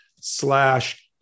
slash